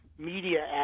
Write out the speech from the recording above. media